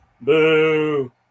Boo